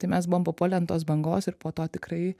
tai mes buvom papuolę ant tos bangos ir po to tikrai